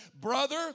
brother